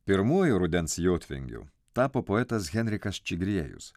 pirmuoju rudens jotvingiu tapo poetas henrikas čigriejus